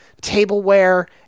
tableware